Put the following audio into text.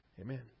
Amen